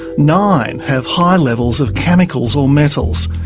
nine have high levels of chemicals or metals,